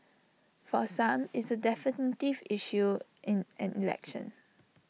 for some it's A definitive issue in an election